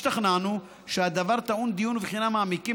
השתכנענו שהדבר טעון דיון ובחינה מעמיקים,